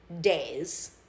days